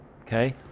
Okay